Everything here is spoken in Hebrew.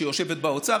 שיושבת באוצר.